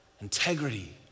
integrity